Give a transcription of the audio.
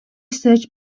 search